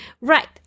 Right